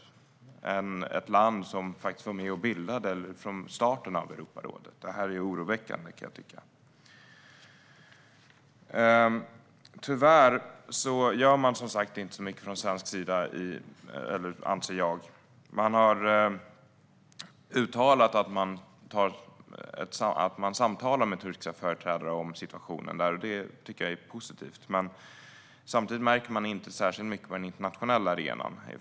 Turkiet är ett land som var med från starten av Europarådet, och jag tycker att det här är oroväckande. Jag anser som sagt tyvärr att man inte gör så mycket från svensk sida. Man har uttalat att man samtalar med turkiska företrädare om situationen i landet, och det tycker jag är positivt. Men samtidigt märks det inte särskilt mycket på den internationella arenan.